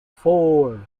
four